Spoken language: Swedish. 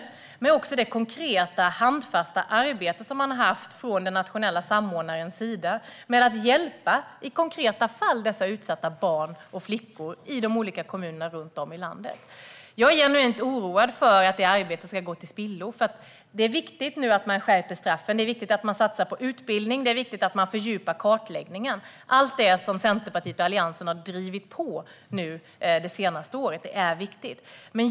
Det gäller också det konkreta, handfasta arbete som den nationella samordnaren har gjort för att hjälpa dessa utsatta barn och kvinnor i landets kommuner. Jag är genuint oroad över att detta arbete ska gå till spillo. Det är viktigt att man skärper straffen, satsar på utbildning och fördjupar kartläggningen. Allt det som Centerpartiet och Alliansen har drivit på det senaste året är viktigt.